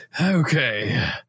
Okay